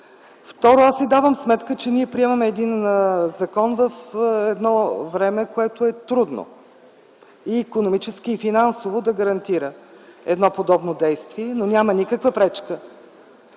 Второ, аз си давам сметка, че ние приемаме един закон в едно време, което е трудно и икономически, и финансово да гарантира едно подобно действие. Няма никаква пречка